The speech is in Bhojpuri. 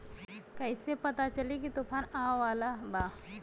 कइसे पता चली की तूफान आवा वाला बा?